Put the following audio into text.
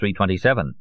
327